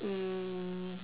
mm